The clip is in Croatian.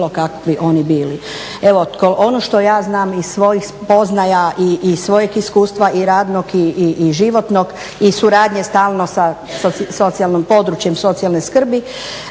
kakvi oni bili.